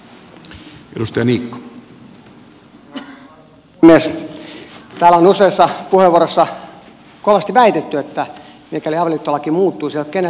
täällä on useassa puheenvuorossa kovasti väitetty että mikäli avioliittolaki muuttuisi se ei olisi keneltäkään pois